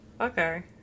Okay